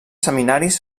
seminaris